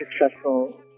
successful